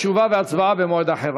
תשובה והצבעה במועד אחר.